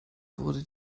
wurde